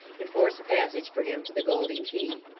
and force a passage for him to the golden key.